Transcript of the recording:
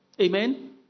Amen